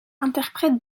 interprètent